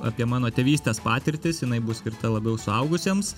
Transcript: apie mano tėvystės patirtis jinai bus skirta labiau suaugusiems